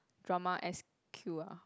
drama S_Q ah